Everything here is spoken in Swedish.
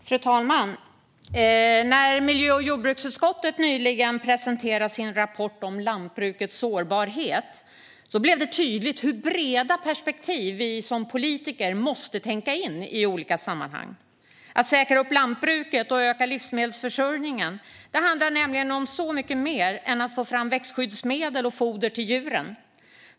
Fru talman! När miljö och jordbruksutskottet nyligen presenterade sin rapport om lantbrukets sårbarhet blev det tydligt hur breda perspektiv vi som politiker måste tänka in i olika sammanhang. Att säkra lantbruket och öka livsmedelsförsörjningen handlar nämligen om så mycket mer än att få fram växtskyddsmedel och foder till djuren.